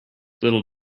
little